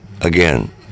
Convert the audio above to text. again